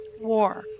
war